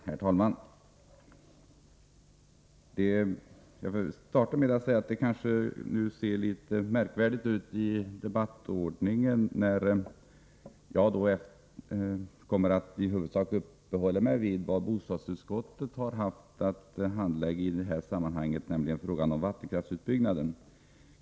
Herr talman! Jag vill först säga att det kanske ser ut som om vi skulle ha en egendomlig debattordning, eftersom jag nu i huvudsak kommer att uppehålla mig vid vad bostadsutskottet har haft att handlägga i det här ärendet, nämligen frågan om vattenkraftsutbyggnaden.